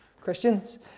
Christians